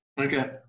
Okay